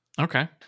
Okay